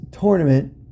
tournament